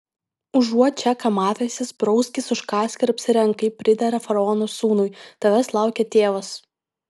užuot čia kamavęsis prauskis užkąsk ir apsirenk kaip pridera faraono sūnui tavęs laukia tėvas